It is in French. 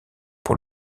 pour